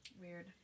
weird